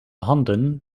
handen